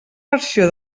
versió